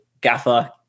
gaffer